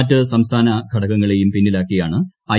മറ്റു സംസ്ഥാന ഘടകങ്ങളെയും പിന്നിലാക്കിയാണ് ഐ